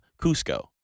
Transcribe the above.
Cusco